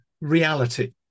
reality